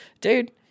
dude